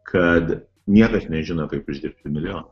kad niekas nežino kaip uždirbti milijoną